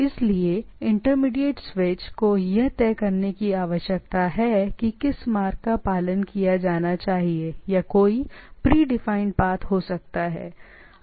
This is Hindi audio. इसलिए इस इंटरमीडिएट स्विच को यह तय करने की आवश्यकता है कि किस मार्ग का पालन किया जाना चाहिए या कोई प्रीडिफाइंड पाथ हो सकता है